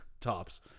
Tops